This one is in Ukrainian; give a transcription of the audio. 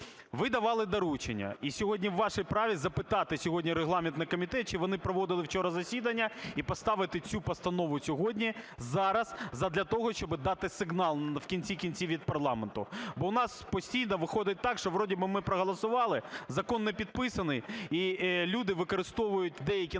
Ви давали доручення, і сьогодні у вашому праві запитати сьогодні регламентний комітет, чи вони проводили вчора засідання, і поставити цю постанову сьогодні, зараз, задля того щоби дати сигнал в кінці кінців від парламенту. Бо в нас постійно виходить так, що вродє би ми проголосували, закон не підписаний, і люди використовують, деякі наші